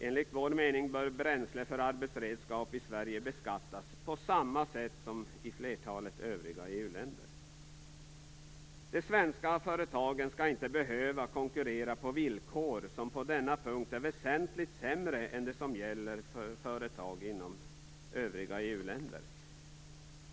Enligt vår mening bör bränsle för arbetsredskap i Sverige beskattas på samma sätt som i flertalet övriga EU-länder. De svenska företagen skall inte behöva konkurrera på villkor som på denna punkt är väsentligt sämre än de som gäller för företag i övriga EU-länder.